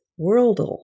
Worldle